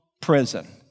prison